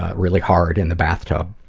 ah really hard in the bathtub.